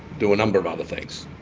do a number of other things.